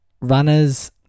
runners